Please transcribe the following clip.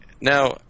Now